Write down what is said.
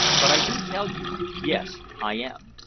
but i do tell you yes, i am.